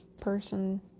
person